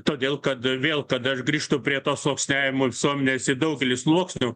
todėl kad vėl kada aš grįžtu prie to sluoksniavimo visuomenės į daugelį sluoksnių